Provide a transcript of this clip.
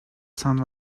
sun